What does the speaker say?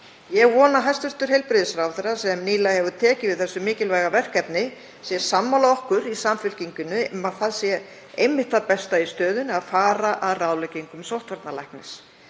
Ég vona að hæstv. heilbrigðisráðherra, sem nýlega hefur tekið við þessu mikilvæga verkefni, sé sammála okkur í Samfylkingunni um að það sé einmitt það besta í stöðunni að fara að ráðleggingum sóttvarnalæknis.